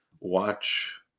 watch